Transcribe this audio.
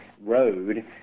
road